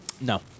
No